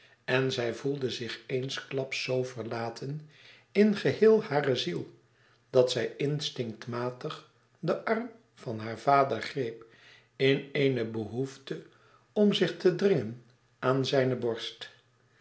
en zij voelde zich eensklaps zoo verlaten in geheel hare ziel dat zij instinctmatig den arm van haar vader greep in eene behoefte om zich te dringen aan zijne borst